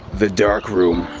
the dark room!